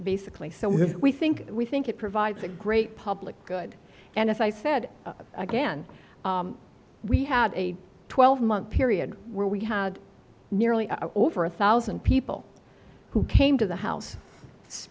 basically so we have we think we think it provides a great public good and as i said again we had a twelve month period where we had nearly over a thousand people who came to the house